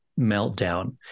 meltdown